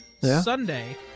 Sunday